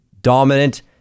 dominant